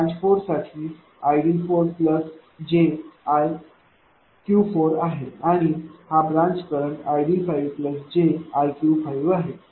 branch 4 साठी id4jiq4आहे आणि हा ब्रांच करंट id5 jiq5आहे